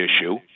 issue